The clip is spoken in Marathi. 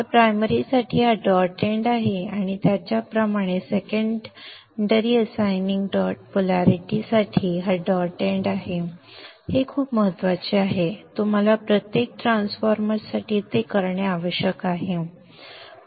तर प्राइमरी साठी हा डॉट एंड आहे आणि त्याचप्रमाणे सेकंडरी असाइनिंग डॉट पोलॅरिटीसाठी हा डॉट एंड आहे हे खूप महत्वाचे आहे तुम्हाला प्रत्येक ट्रान्सफॉर्मरसाठी ते करणे आवश्यक आहे